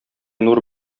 нур